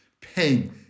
pain